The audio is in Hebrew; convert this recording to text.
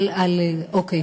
אוקיי.